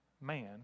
man